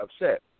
upset